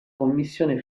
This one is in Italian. commissione